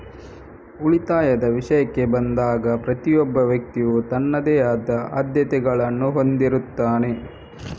ಉಳಿತಾಯದ ವಿಷಯಕ್ಕೆ ಬಂದಾಗ ಪ್ರತಿಯೊಬ್ಬ ವ್ಯಕ್ತಿಯು ತನ್ನದೇ ಆದ ಆದ್ಯತೆಗಳನ್ನು ಹೊಂದಿರುತ್ತಾನೆ